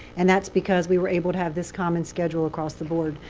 and that's because we were able to have this common schedule across the board.